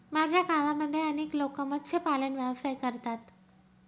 माझ्या गावामध्ये अनेक लोक मत्स्यपालन व्यवसाय करतात